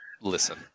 listen